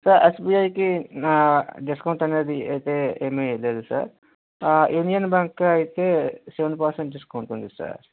sir ఎస్బిఐకి నా discount అనేది అయితే ఏం లేదు సార్ ఆ యూనియన్ బ్యాంక్కి అయితే సెవెన్ పర్సెంట్ డిస్కౌంట్ ఉంది సార్